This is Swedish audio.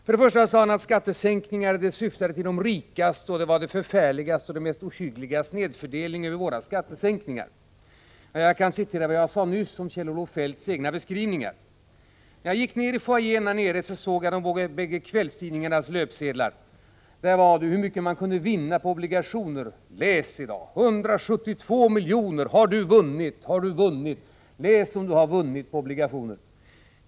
För det första sade han att skattesänkningar syftade till att gynna de rikaste och att våra skattesänkningar skulle medföra den förfärligaste och mest ohyggliga snedfördelning. Jag kan hänvisa till vad jag sade nyss om Kjell-Olof Feldts egna beskrivningar. När jag tidigare var nere i entréhallen såg jag de båda kvällstidningarnas löpsedlar, som handlade om hur man kan vinna på obligationer: 172 miljoner — har du vunnit? Läs om du har vunnit på obligationer!